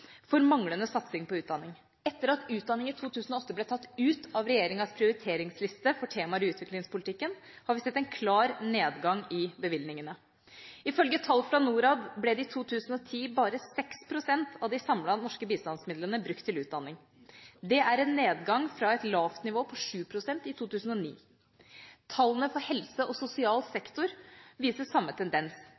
for manglende satsing på utdanning. Etter at utdanning i 2008 ble tatt ut av regjeringas prioriteringsliste for temaer i utviklingspolitikken, har vi sett en klar nedgang i bevilgningene. Ifølge tall fra Norad ble i 2010 bare 6 pst. av de samlede norske bistandsmidlene brukt til utdanning. Det er en nedgang fra et lavt nivå på 7 pst. i 2009. Tallene for helse og sosial sektor viser samme tendens;